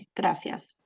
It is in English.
Gracias